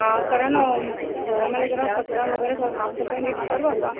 हा कारण घरामध्ये जरा कचरा वगैरे स साफसफाई नीट कर बाबा